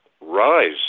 rise